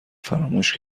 فراموش